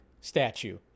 statue